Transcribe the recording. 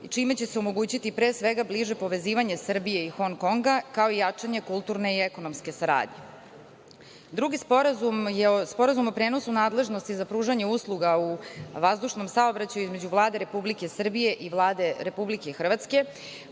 čime će se omogućiti, pre svega bliže povezivanje Srbije i Hong Konga, kao i jačanje kulturne i ekonomske saradnje. Drugi sporazum, je sporazum o prenosu nadležnosti za pružanje usluga u vazdušnom saobraćaju između Vlade Republike Srbije i Vlade Republike Hrvatske.